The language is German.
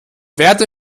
werde